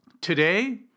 Today